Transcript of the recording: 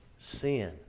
sin